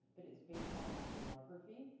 but it's baseed on that geography.